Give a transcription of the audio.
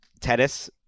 tennis